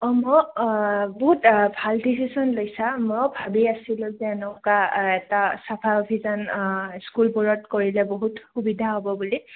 অঁ মই বহুত ভাল ডিচিশ্য়ন লৈছা মই ভাবি আছিলোঁ যে এনেকুৱা এটা চাফাই অভিযান স্কুলবোৰত কৰিলে বহুত সুবিধা হ'ব বুলি